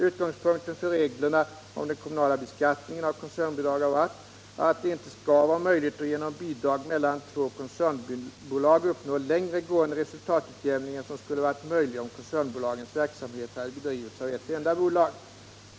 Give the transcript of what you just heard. Utgångspunkten för reglerna om den kommunala beskattningen av koncernbidrag har varit att det inte skall vara möjligt att genom bidrag mellan två koncernbolag uppnå längre gående resultatutjämning än som skulle ha varit möjligt om koncernbolagens verksamheter hade bedrivits av ett enda bolag.